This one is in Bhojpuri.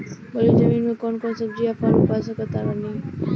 बलुई जमीन मे कौन कौन सब्जी या फल उपजा सकत बानी?